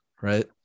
right